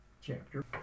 chapter